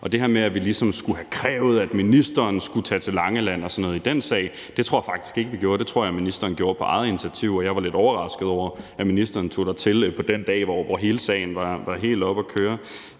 til det her med, at vi ligesom skulle have krævet, at ministeren skulle tage til Langeland og sådan noget i den sag, vil jeg sige, at det tror jeg faktisk ikke vi gjorde. Det tror jeg ministeren gjorde på eget initiativ, og jeg var lidt overrasket over, at ministeren tog dertil på den dag, hvor hele sagen var kørt helt op.